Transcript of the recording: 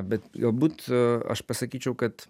bet galbūt aš pasakyčiau kad